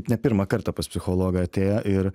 ne pirmą kartą pas psichologą atėję ir